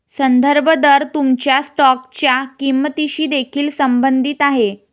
संदर्भ दर तुमच्या स्टॉकच्या किंमतीशी देखील संबंधित आहे